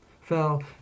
Fell